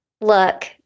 Look